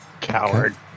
Coward